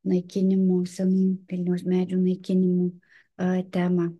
naikinimų senų vilniaus medžių naikinimų temą